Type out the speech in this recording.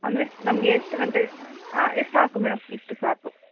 ಅಂದರೆ ನಮಗೆ ಎಷ್ಟು ಗಂಟೆ ಹಾಂ ಸಾಕು ಮೇಡಮ್ ಇಷ್ಟು ಸಾಕು